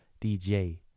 dj